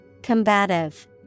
Combative